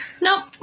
Nope